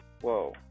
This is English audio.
whoa